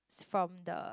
from the